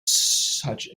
such